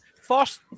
first